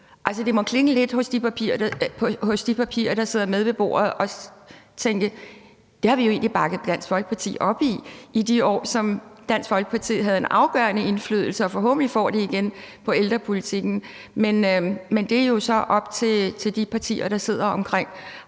det må klinge lidt hult hos de partier, der sidder med ved bordet, og de må tænke: Det har vi jo egentlig bakket Dansk Folkeparti op i i de år, hvor Dansk Folkeparti havde en afgørende indflydelse, som Dansk Folkeparti forhåbentlig får igen på ældrepolitikken, men det er jo så op til de partier, der sidder rundtomkring,